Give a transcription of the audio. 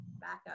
backup